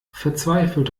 verzweifelt